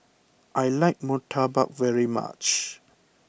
I like Murtabak very much